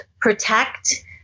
protect